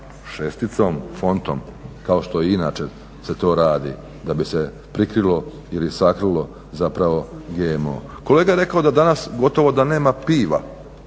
šesticom, fontom kao što i inače se to radi da bi se prikrilo ili sakrilo zapravo GMO. Kolega je rekao da danas gotovo da nema piva